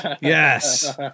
yes